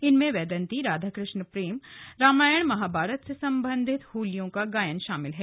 इनमें वैदन्ति राधाकृष्ण प्रेम रामायण महाभारत से सम्बंधित होलियों का गायन शामिल है